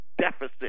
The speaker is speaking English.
deficit